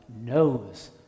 knows